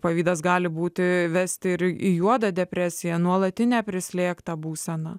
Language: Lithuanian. pavydas gali būti vesti ir į juodą depresiją nuolatinę prislėgtą būseną